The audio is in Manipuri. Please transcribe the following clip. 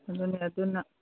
ꯑꯗꯨꯅꯦ ꯑꯗꯨꯅ